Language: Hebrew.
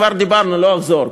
וכבר דיברנו ולא אחזור,